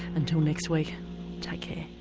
until next week take care